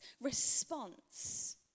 response